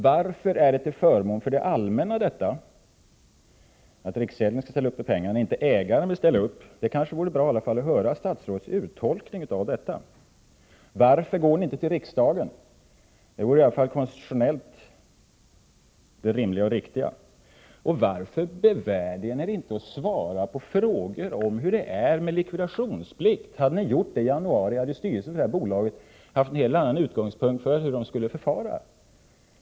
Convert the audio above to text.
Varför är det till förmån för det allmänna att riksgäldsfullmäktige skall ställa upp med pengar när ägarna inte vill ställa upp? Det vore bra att få höra statsrådets tolkning av det. Varför går man inte till riksdagen? Det vore konstitutionellt rimligt och riktigt. Varför bevärdigar ni er inte att svara på frågor om hur det är med likvidationsplikt? Hade ni gjort det i januari hade styrelsen för detta bolag haft en helt annan utgångspunkt för sitt förfarande.